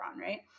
right